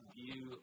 view